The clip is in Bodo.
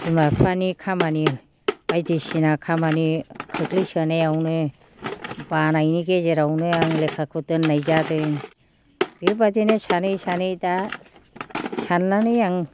बिमा बिफानि खामानि बायदिसिना खामानि खोख्लैसोनायावनो बानायनि गेजेरावनो आं लेखाखौ दोननाय जादों बेबादिनो सानै सानै दा साननानै आं